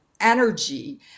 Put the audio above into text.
energy